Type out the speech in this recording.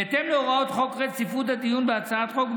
בהתאם להוראות חוק רציפות הדיון בהצעת חוק,